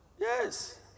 Yes